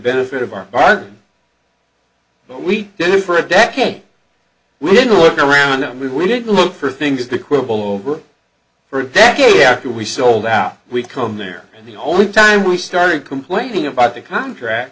benefit of our bargain but we didn't for a decade we didn't look around them we didn't look for things to quibble over for a decade after we sold out we come there and the only time we started complaining about the contract